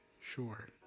Sure